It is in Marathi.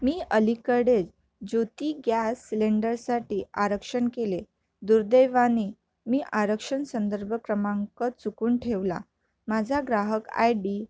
मी अलीकडेच ज्योती ग्यास सिलेंडरसाठी आरक्षण केले दुर्दैवाने मी आरक्षण संदर्भ क्रमांक चुकून ठेवला माझा ग्राहक आय डी